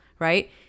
right